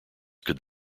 could